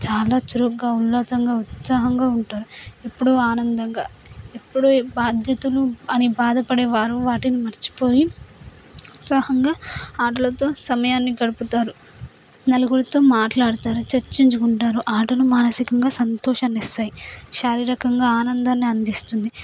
చాలా చురుగ్గా ఉల్లాసంగా ఉత్సాహంగా ఉంటారు ఎప్పుడు ఆనందంగా ఎప్పుడు బాధ్యతను అని బాధపడేవారు వాటిని మరిచిపోయి ఉత్సాహంగా ఆటలతో సమయాన్ని గడుపుతారు నలుగురితో మాట్లాడతారు చర్చించుకుంటారు ఆటలు మానసికంగా సంతోషాన్ని ఇస్తాయి శారీరకంగా ఆనందాన్ని అందిస్తుంది